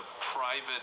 private